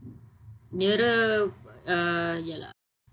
nearer uh ya lah